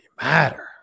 matter